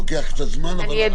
לוקח קצת זמן, אבל הכול מגיע.